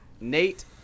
Nate